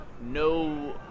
no